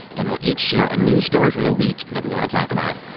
and we'll each share a news story from the week that we want to talk about.